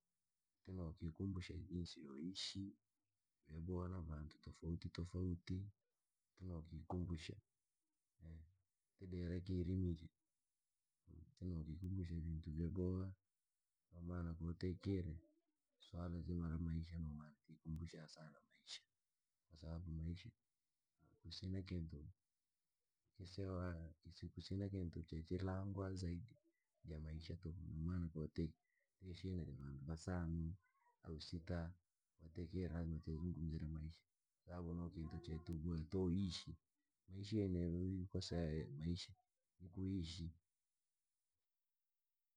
Tinokukumbusha tudire kiisimirya tunokikumbusha vintu vyabora no maana ko tikire suala zima la maisha no mana tikumbusha sana maisha kwasababu maisha, kusina kintu kisewa kusina kintu che chilangwa zaidi ja maisha tuku no maana ko tikire na vantu vasano au siita ko tikiire tuzongumzira maisha, sababu no kintu che cho boya toishi, maisha ni kuishi.